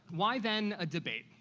why then a debate?